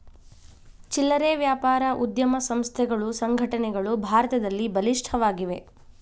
ಚಿಲ್ಲರೆ ವ್ಯಾಪಾರ ಉದ್ಯಮ ಸಂಸ್ಥೆಗಳು ಸಂಘಟನೆಗಳು ಭಾರತದಲ್ಲಿ ಬಲಿಷ್ಠವಾಗಿವೆ